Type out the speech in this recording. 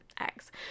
eggs